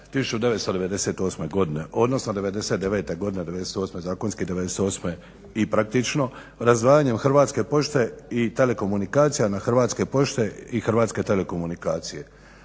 1998. godine, odnosno '99. godine., '98.. Zakonski '98. i praktično razdvajanjem Hrvatske pošte i telekomunikacija na Hrvatske pošte i Hrvatske telekomunikacije.